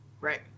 Right